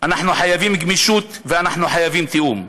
אנחנו חייבים גמישות, ואנחנו חייבים תיאום.